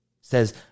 Says